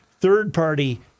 third-party